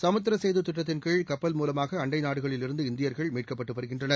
சமுத்திர சேது திட்டத்தின் கீழ் கப்பல் மூலமாக அண்டை நாடுகளில் இருந்து இந்தியர்கள் மீட்கப்பட்டு வருகின்றனர்